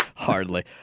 Hardly